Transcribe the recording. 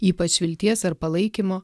ypač vilties ar palaikymo